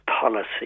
policy